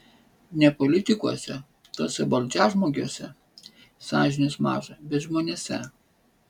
ne politikuose tuose valdžiažmogiuose sąžinės maža bet žmonėse